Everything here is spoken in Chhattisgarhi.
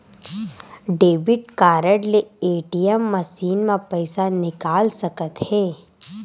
डेबिट कारड ले ए.टी.एम मसीन म पइसा निकाल सकत हे